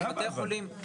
למה, אבל?